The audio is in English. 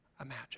imagine